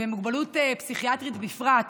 ומוגבלות פסיכיאטרית בפרט,